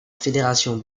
fédération